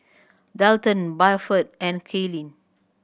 Delton Buford and Kayli